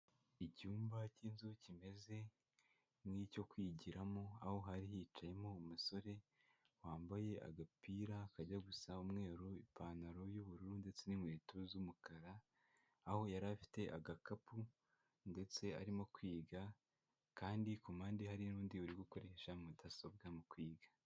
Icyumba cy'inzu kimeze nk'icyo kwigiramo, aho hari hicayemo umusore wambaye agapira kajya gusa umweru, ipantaro y'ubururu ndetse n'inkweto z'umukara; aho yari afite agakapu ndetse arimo kwiga, kandi ku mpande hari n'undi uri gukoresha mudasobwa mu kwiga.